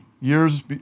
years